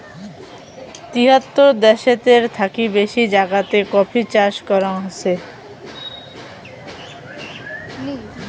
তিয়াত্তর দ্যাশেতের থাকি বেশি জাগাতে কফি চাষ করাঙ হসে